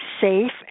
safe